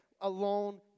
alone